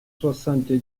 soixante